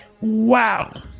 Wow